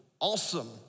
awesome